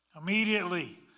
Immediately